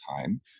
time